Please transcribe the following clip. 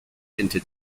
into